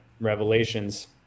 Revelations